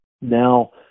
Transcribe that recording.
now